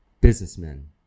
businessmen